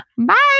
Bye